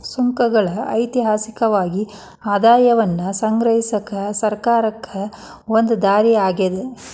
ಸುಂಕಗಳ ಐತಿಹಾಸಿಕವಾಗಿ ಆದಾಯವನ್ನ ಸಂಗ್ರಹಿಸಕ ಸರ್ಕಾರಕ್ಕ ಒಂದ ದಾರಿ ಆಗ್ಯಾದ